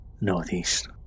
Northeast